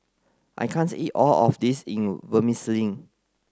I can't eat all of this in Vermicelli